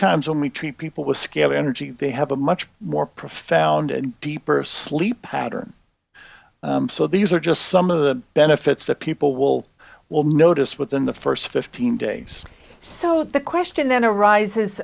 times when we treat people with skill energy they have a much more profound and deeper sleep pattern so these are just some of the benefits that people will will notice within the first fifteen days so the question then arises